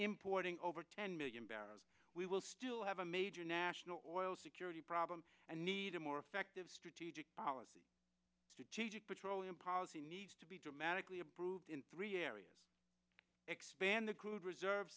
importing over ten million barrels we will still have a major national oil security problem and need a more effective strategic policy strategic petroleum policy needs to be dramatically approved in three areas expand the crude reserves